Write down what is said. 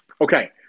Okay